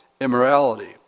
immorality